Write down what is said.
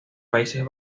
países